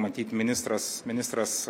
matyt ministras ministras